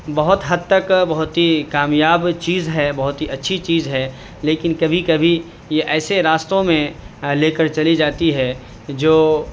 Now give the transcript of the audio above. بہت حد تک بہت ہی کامیاب چیز ہے بہت ہی اچھی چیز ہے لیکن کبھی کبھی یہ ایسے راستوں میں لے کر چلی جاتی ہے جو